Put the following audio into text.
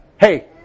Hey